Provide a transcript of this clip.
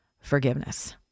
forgiveness